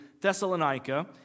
Thessalonica